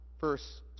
verse